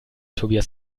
tobias